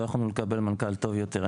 לא יכולנו לקבל מנכ"ל טוב יותר.